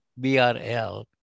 B-R-L